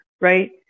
right